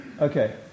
Okay